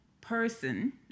person